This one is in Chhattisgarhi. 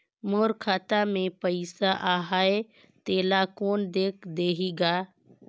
मोर खाता मे पइसा आहाय तेला कोन देख देही गा?